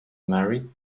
married